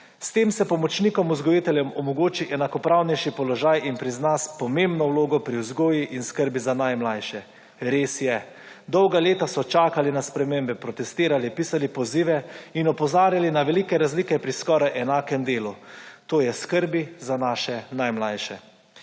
S tem se pomočnikom vzgojiteljem omogoči enakopravnejši položaj in prizna pomembno vlogo pri vzgoji in skrbi za najmlajše. Res je, dolga leta so čakali na spremembe, protestirali, pisali pozive in opozarjali na velike razlike pri skoraj enakem delu to je skrbi za naše najmlajše.